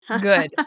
Good